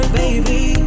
baby